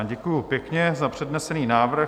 Děkuji pěkně za přednesený návrh.